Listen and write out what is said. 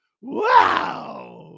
Wow